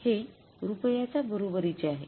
हे रुपयाच्या बरोबरीचे आहे